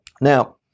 Now